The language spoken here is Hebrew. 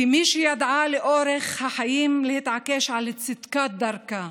כמי שידעה לאורך החיים להתעקש על צדקת דרכה,